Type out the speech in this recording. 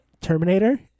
Terminator